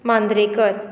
Mandrekar